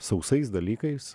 sausais dalykais